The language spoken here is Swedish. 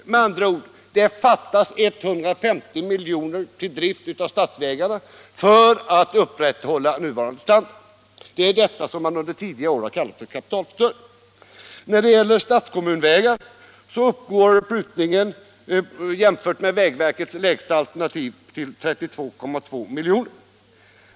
Eller, med andra ord, det fattas 150 milj.kr. till driften av statsvägarna för att upprätthålla nuvarande standard. Det är detta som man under tidigare år har kallat för kapitalförstöring. När det gäller statskommunala vägar uppgår prutningen jämfört med vägverkets lägsta alternativ till 33,2 milj.kr.